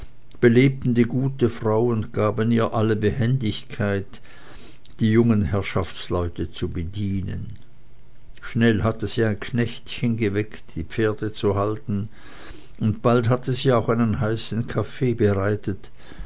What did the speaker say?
belebten die gute frau und gaben ihr alle behendigkeit die jungen herrschaftsleute zu bedienen schnell hatte sie ein knechtchen geweckt die pferde zu halten und bald hatte sie auch einen heißen kaffee bereitet